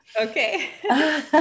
Okay